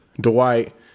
Dwight